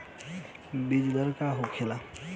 बीजदर का होखे?